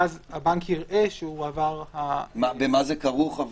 ואז הבנק יראה שהועבר --- במה זה כרוך?